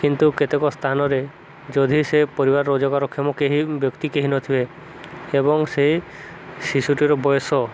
କିନ୍ତୁ କେତେକ ସ୍ଥାନରେ ଯଦି ସେ ପରିବାର ରୋଜଗାରକ୍ଷମ କେହି ବ୍ୟକ୍ତି କେହି ନଥିବେ ଏବଂ ସେହି ଶିଶୁଟିର ବୟସ